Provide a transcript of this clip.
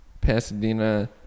Pasadena